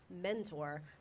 mentor